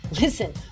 Listen